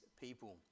people